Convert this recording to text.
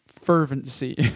fervency